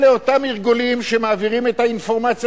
אלה אותם ארגונים שמעבירים את האינפורמציה